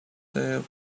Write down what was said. diabetes